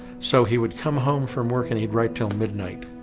so he would come home from work and he'd write till midnight.